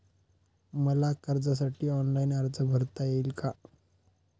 मला कर्जासाठी ऑनलाइन अर्ज भरता येईल का?